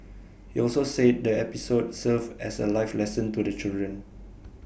he also said the episode served as A life lesson to the children